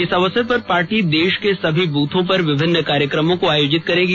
इस अवसर पर पार्टी देश में सभी बुथों पर विभिन्न कार्यक्रम आयोजित करेगी